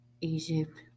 Egypt